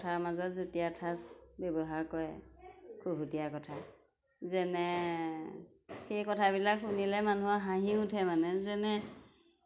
কথাৰ মাজত জতুৱা ঠাঁচ ব্যৱহাৰ কৰে খুহুতীয়া কথা যেনে সেই কথাবিলাক শুনিলে মানুহৰ হাঁহি উঠে মানে যেনে